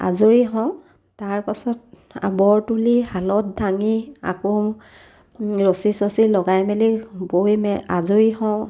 আজৰি হওঁ তাৰ পাছত বৰ তুলি শালত দাঙি আকৌ ৰছী চচি লগাই মেলি বৈ মেলি আজৰি হওঁ